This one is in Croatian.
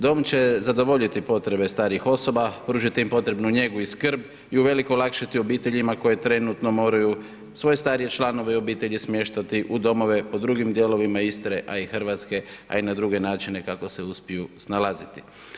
Dom će zadovoljiti potrebe starijih osoba, pružiti im potrebnu njegu i skrb i uveliko olakšati obiteljima koje trenutno moraju svoje starije članove i obitelji smještati u domove po drugim dijelima Istre, a i Hrvatske, a i na druge načine, kako se uspiju snalaziti.